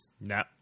No